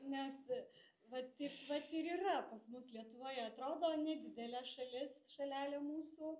nes va taip vat ir yra pas mus lietuvoje atrodo nedidelė šalis šalelė mūsų